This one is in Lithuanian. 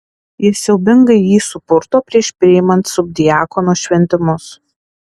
jis siaubingai jį supurto prieš priimant subdiakono šventimus